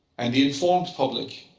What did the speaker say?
and the informed public,